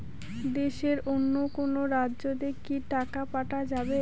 দেশের অন্য কোনো রাজ্য তে কি টাকা পাঠা যাবে?